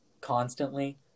constantly